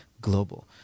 global